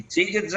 הציג.